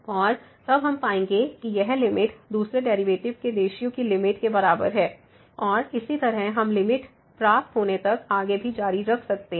और तब हम पाएंगे कि यह लिमिट दूसरे डेरिवेटिव के रेश्यो की लिमिट के बराबर है और इसी तरह हम लिमिट प्राप्त होने तक आगे भी जारी रख सकते हैं